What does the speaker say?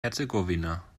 herzegowina